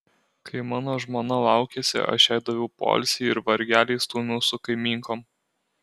kai mano žmona laukėsi aš jai daviau poilsį ir vargelį stūmiau su kaimynkom